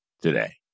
today